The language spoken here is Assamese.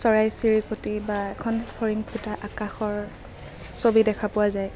চৰাই চিৰিকটি বা এখন ফৰিং ফুটা আকাশৰ ছবি দেখা পোৱা যায়